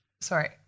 Sorry